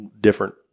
different